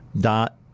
dot